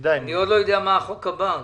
אני עוד לא יודע מה החוק הבא.